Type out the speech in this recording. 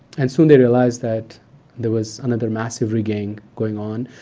and soon they realized that there was another massive rigging going on.